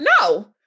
no